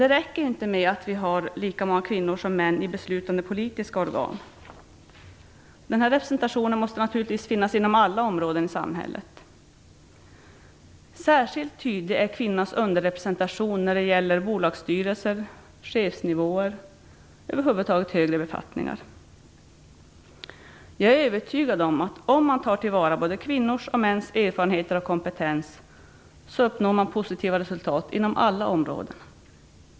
Det räcker inte med att vi har lika många kvinnor som män i beslutande politiska organ. Den här representationen måste naturligtvis finnas inom alla områden i samhället. Särskilt tydlig är kvinnans underrepresentation i bolagsstyrelser, på chefsnivåer och över huvud taget på högre befattningar. Jag är övertygad om att om man tar till vara både kvinnors och mäns erfarenheter och kompetens uppnår man positiva resultat inom alla områden.